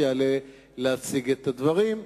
שיעלה להציג את הדברים.